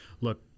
look